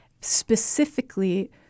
specifically